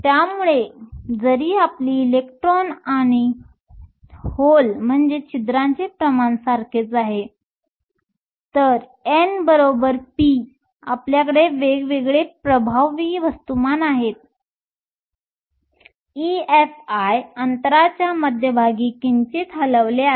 त्यामुळे जरी आपली इलेक्ट्रॉन आणि होलचे प्रमाण सारखेच आहे तर n p आपल्याकडे वेगवेगळे प्रभावी वस्तुमान आहेत EFi अंतरांच्या मध्यभागी किंचित हलवले आहेत